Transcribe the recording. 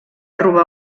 robar